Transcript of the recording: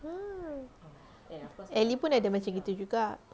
ah elly pun ada macam gitu juga